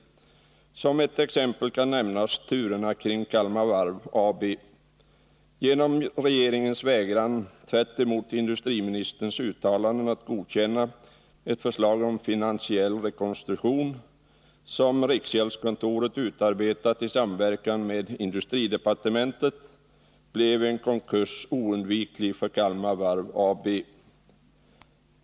Som ett exempel kan nämnas turerna kring Kalmar Varv AB. Genom regeringens vägran att — tvärtemot industriministerns uttalanden — godkänna ett förslag till finansiell rekonstruktion som riksgäldskontoret utarbetat i samverkan med industridepartementet blev en konkurs oundviklig för Kalmar Varv AB.